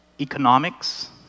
economics